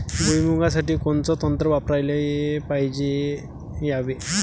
भुइमुगा साठी कोनचं तंत्र वापराले पायजे यावे?